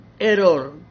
error